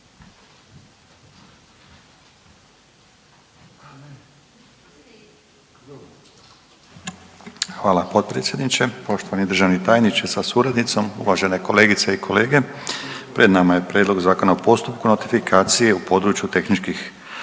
Hvala potpredsjedniče. Poštovani državni tajniče sa suradnicom, uvažene kolegice i kolege, pred nama je prijedlog Zakona o postupku notifikacije u području tehničkih